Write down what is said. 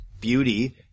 beauty